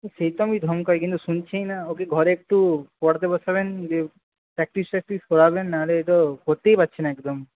সে তো আমি ধমকাই কিন্তু শুনছেই না ওকে ঘরে একটু পড়াতে বসাবেন দিয়ে প্র্যাকটিস ট্যাকটিস করাবেন নাহলে এ তো করতেই পারছে না একদম